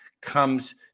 comes